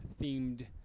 themed